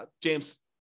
James